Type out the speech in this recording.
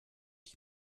die